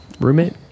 roommate